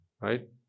Right